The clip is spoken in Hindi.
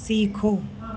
सीखो